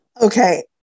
Okay